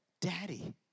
daddy